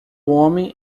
homem